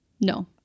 No